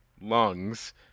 lungs